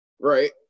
Right